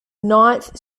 ninth